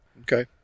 Okay